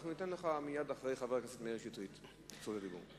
אנחנו ניתן לך מייד אחרי חבר הכנסת מאיר שטרית את זכות הדיבור.